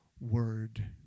word